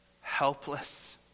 helpless